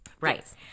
Right